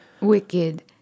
wicked